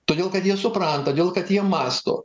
todėl kad jie supranta todėl kad jie mąsto